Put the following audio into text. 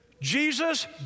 Jesus